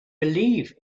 believe